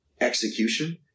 execution